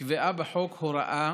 נקבעה בחוק הוראה